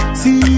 see